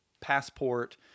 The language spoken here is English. passport